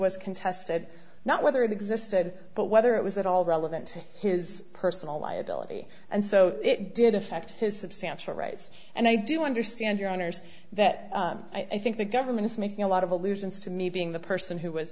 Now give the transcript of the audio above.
was contested not whether it existed but whether it was at all relevant to his personal liability and so it did affect his substantial rights and i do understand your honour's that i think the government is making a lot of allusions to me being the person who was